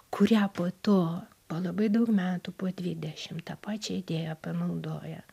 kurią po to po labai daug metų po dvidešim tą pačią idėją panaudoja